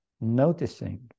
noticing